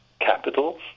capital